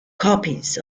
copies